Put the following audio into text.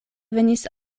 venis